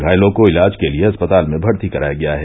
घायलों को इलाज के लिये अस्पताल में भर्ती कराया गया है